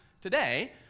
today